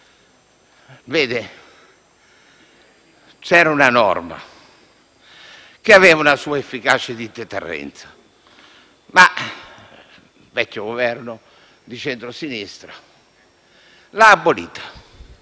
Esisteva una norma che aveva una sua efficacia di deterrenza, ma il vecchio Governo di centrosinistra l'ha abolita.